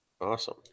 Awesome